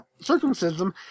circumcision